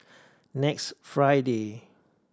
next Friday